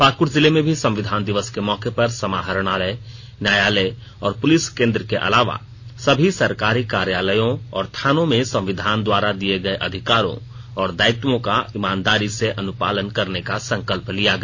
पाक्ड जिले में भी संविधान दिवस के मौके पर समाहरणालय न्यायालय और पुलिस केन्द्र के अलावा सभी सरकारी कार्यालयों और थानों में संविधान द्वारा दिये गये अधिकारों और दायित्वों का ईमानदारी से अनुपालन करने का संकल्प लिया गया